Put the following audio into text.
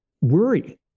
worry